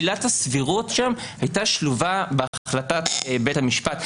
עילת הסבירות שם הייתה שלובה בהחלטת בית המשפט.